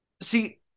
See